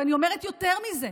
ואני אומרת יותר מזה: